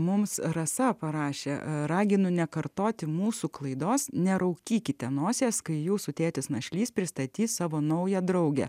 mums rasa parašė ragino nekartoti mūsų klaidos neraukykite nosies kai jūsų tėtis našlys pristatys savo naują draugę